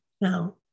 Now